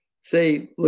say